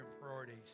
priorities